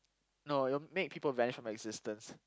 no it'll make people vanish from existence